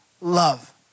love